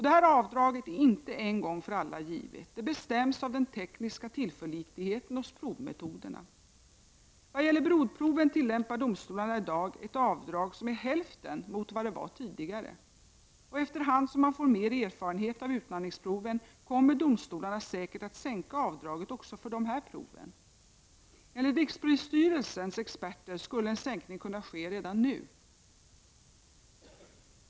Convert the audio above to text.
Detta avdrag är inte en gång för alla givet. Det bestäms av den tekniska tillförlitligheten hos provmetoderna. Vad gäller blodproven tillämpar domstolarna i dag ett avdrag som är hälften av vad det var tidigare. Efter hand som man får mer erfarenheter av utandningsproven kommer domstolarna säkert att sänka avdraget också för dessa prov. Enligt rikspolisstyrelsens experter skulle en sänkning kunna ske redan nu.